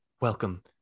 welcome